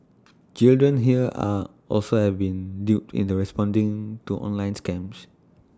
children here are also have been duped into responding to online scams